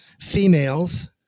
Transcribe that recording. females